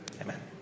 Amen